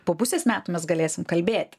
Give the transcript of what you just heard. po pusės metų mes galėsim kalbėti